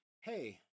hey